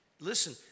Listen